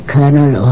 Colonel